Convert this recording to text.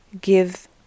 give